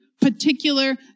particular